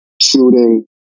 shooting